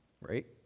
right